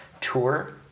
tour